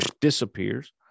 disappears